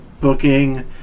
booking